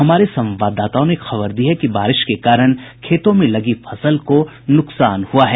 हमारे संवाददाताओं ने खबर दी है कि बारिश के कारण खेतों में लगी फसल को नुकसान हुआ है